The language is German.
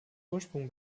ursprung